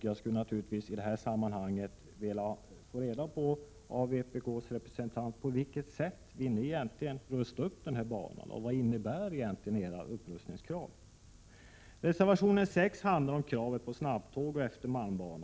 Jag vill i detta sammanhang få reda på av vpk:s representant: På vilket sätt vill vpk-arna rusta upp banan, och vad innebär egentligen era upprustningskrav? Reservation 6 handlar om kravet på snabbtåg efter malmbanan.